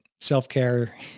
Self-care